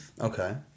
Okay